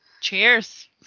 Cheers